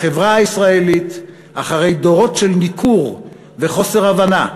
החברה הישראלית, אחרי דורות של ניכור וחוסר הבנה,